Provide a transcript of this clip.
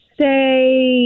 Say